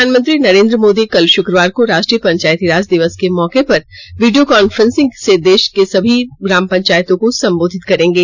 प्रधानमंत्री नरेंद्र मोदी कल शुक्रवार को राष्ट्रीय पंचायती राज दिवस के मौके पर वीडियो कॉन्फ्रेंसिंग से देष के सभी ग्राम पंचायतों को संबोधित करेंगे